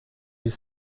his